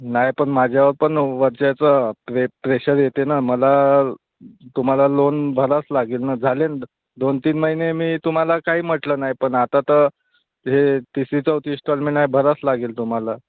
नाही पण माझ्यावर पण वरच्याचं प्रे प्रेशर येते ना मला तुम्हाला लोन भरावंच लागेल न झालेन दोन तीन महिने मी तुम्हाला काही म्हटलं नाही पण आता तर हे तिसरी चौथी इस्टॉलमेंट आहे भरावंच लागेल तुम्हाला